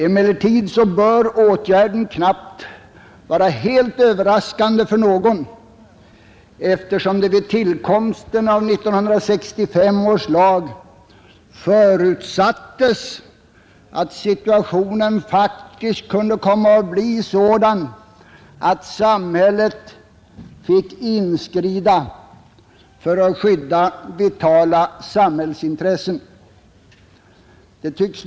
Emellertid bör åtgärden knappast vara helt överraskande för någon, eftersom det vid tillkomsten av 1965 års lag förutsattes att situationen faktiskt kunde komma att bli sådan att samhället fick inskrida för att skydda vitala samhällsintressen.